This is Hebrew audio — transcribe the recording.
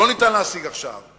לא ניתן להשיג עכשיו.